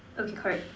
okay correct